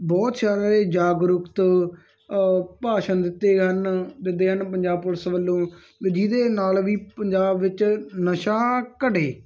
ਬਹੁਤ ਸਾਰੇ ਜਾਗਰੂਕ ਤੋਂ ਭਾਸ਼ਣ ਦਿੱਤੇ ਹਨ ਵਿੱਦਿਆ ਨੂੰ ਪੰਜਾਬ ਪੁਲਿਸ ਵੱਲੋਂ ਜਿਹਦੇ ਨਾਲ ਵੀ ਪੰਜਾਬ ਵਿੱਚ ਨਸ਼ਾ ਘਟੇ